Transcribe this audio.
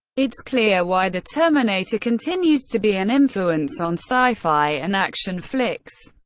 it's clear why the terminator continues to be an influence on sci-fi and action flicks.